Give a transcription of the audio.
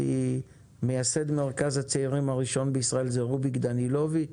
מייסד מרכז הצעירים הראשון בישראל זה רוביק דנילוביץ',